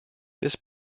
this